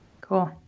Cool